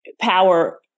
power